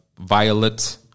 violet